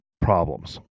problems